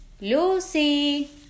Lucy